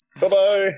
Bye-bye